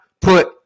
put